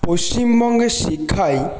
পশ্চিমবঙ্গে শিক্ষায়